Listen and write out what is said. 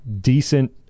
decent